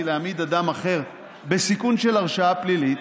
להעמיד אדם אחר בסיכון של הרשעה פלילית,